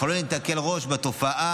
אך לא ניתן להקל ראש בתופעה,